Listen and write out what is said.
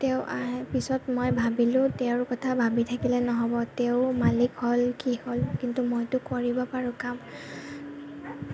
তেওঁ অহাৰ পিছত মই ভাবিলোঁ তেওঁৰ কথা ভাবি থাকিলে নহ'ব তেওঁ মালিক হ'ল কি হ'ল কিন্তু মইতো কৰিব পাৰোঁ কাম